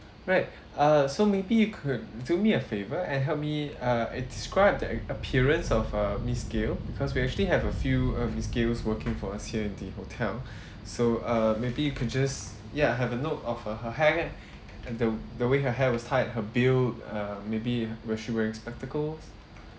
alright uh so maybe you could do me a favour and help me uh and describe the appearance of uh miss gail because we actually have a few uh miss gails working for us here in the hotel so err maybe you could just ya have a note of her her hair and the the way her hair was tied her build err maybe was she wearing spectacles